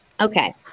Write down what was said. Okay